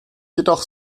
jedoch